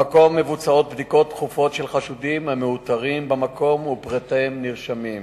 במקום מבוצעות בדיקות תכופות של חשודים המאותרים במקום ופרטיהם נרשמים.